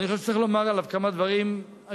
ואני חושב שצריך לומר עליו כמה דברים בקצרה,